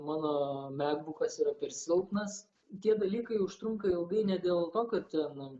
mano mekbukas yra per silpnas tie dalykai užtrunka ilgai ne dėl to kad ten